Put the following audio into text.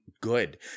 good